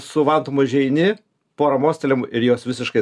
su vantom užeini pora mostelėjimų ir jos visiškai